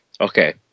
Okay